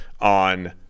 on